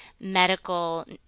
medical